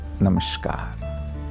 Namaskar